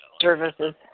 services